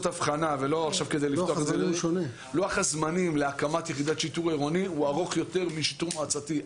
לוח הזמנים להקמת יחידת שיטור עירוני הוא ארוך יותר משיטור מועצתי,